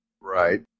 Right